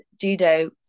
judo